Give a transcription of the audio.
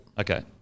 Okay